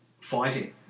fighting